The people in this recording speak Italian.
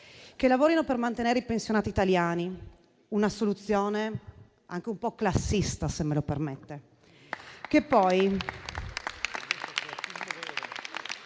che lavorino per mantenere i pensionati italiani: una soluzione anche un po' classista, se me lo permettete.